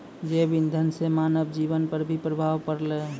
जैव इंधन से मानव जीबन पर भी प्रभाव पड़लै